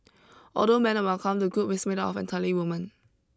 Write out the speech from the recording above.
although men are welcome the group is made up of entirely women